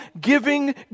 giving